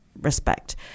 respect